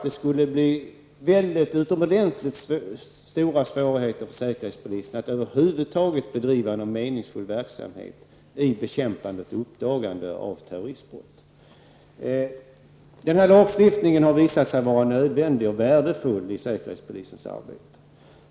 Det skulle, menar jag, medföra utomordentligt stora svårigheter för säkerhetspolisen att över huvud taget bedriva någon meningsfull verksamhet för uppdagande och bekämpande av terroristbrott. Lagstiftningen har visat sig vara nödvändig och värdefull i säkerhetspolisens arbete.